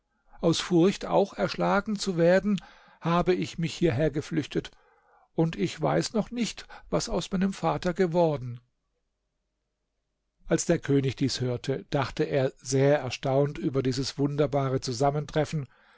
aus furcht auch erschlagen zu werden habe ich mich hierher geflüchtet und ich weiß noch nicht was aus meinem vater geworden als der könig dies hörte dachte er sehr erstaunt über dieses wunderbare zusammentreffen